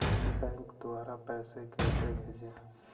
Bank द्वारा पैसे कैसे भेजें?